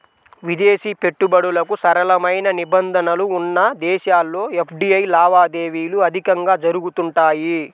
విదేశీ పెట్టుబడులకు సరళమైన నిబంధనలు ఉన్న దేశాల్లో ఎఫ్డీఐ లావాదేవీలు అధికంగా జరుగుతుంటాయి